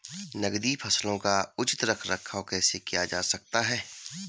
नकदी फसलों का उचित रख रखाव कैसे किया जा सकता है?